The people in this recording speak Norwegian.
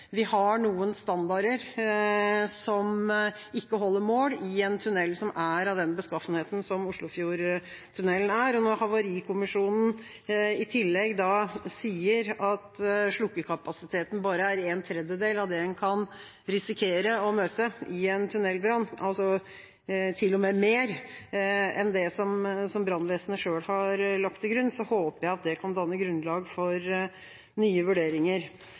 Vi har noen standarder som ikke holder mål i en tunnel som er av den beskaffenheten som Oslofjordtunnelen er. Og når Havarikommisjonen i tillegg sier at slukkekapasiteten bare dekker en tredjedel av det en kan risikere å møte i en tunnelbrann, til og med mer enn det som brannvesenet selv har lagt til grunn, håper jeg at det kan danne grunnlag for nye vurderinger.